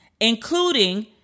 including